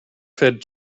fed